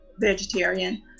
vegetarian